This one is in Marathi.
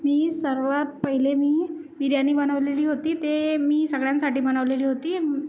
मी सर्वांत पहिले मी बिर्याणी बनवलेली होती ते मी सगळ्यांसाठी बनवलेली होती